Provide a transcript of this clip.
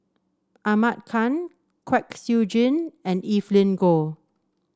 Ahmad Khan Kwek Siew Jin and Evelyn Goh